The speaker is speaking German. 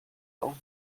auf